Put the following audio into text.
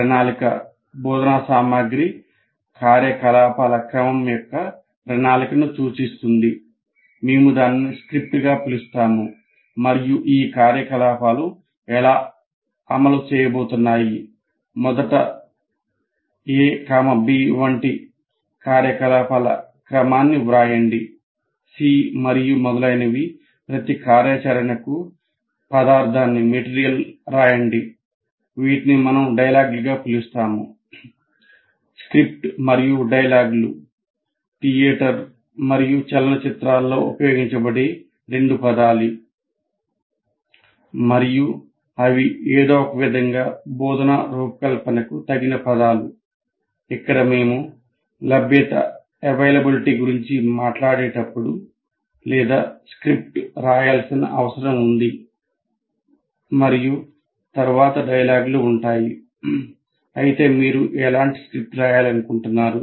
ప్రణాళిక బోధనా సామగ్రి కార్యకలాపాల క్రమం యొక్క ప్రణాళికను సూచిస్తుంది స్క్రిప్ట్ మరియు డైలాగ్లు గురించి మాట్లాడేటప్పుడు లేదా స్క్రిప్ట్ రాయాల్సిన అవసరం ఉంది మరియు తరువాత డైలాగ్లు ఉంటాయి అయితే మీరు ఎలాంటి స్క్రిప్ట్ రాయాలనుకుంటున్నారు